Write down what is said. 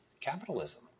capitalism